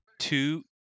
two